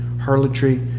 harlotry